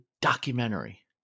documentary